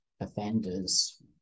offenders